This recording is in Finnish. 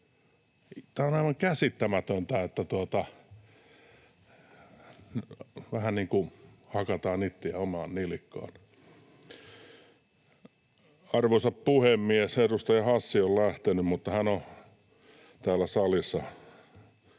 Tämä on aivan käsittämätöntä, että vähän niin kuin hakataan itseään omaan nilkkaan. Arvoisa puhemies! Edustaja Hassi on lähtenyt, mutta hän on täällä salissa